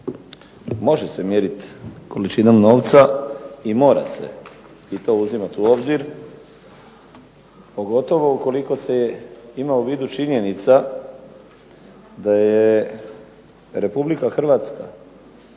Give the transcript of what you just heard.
Može se mjeriti količinom novca, i mora se i to uzimati u obzir, pogotovo ukoliko se ima u vidu činjenica da je Republika Hrvatska